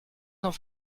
sans